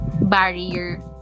barrier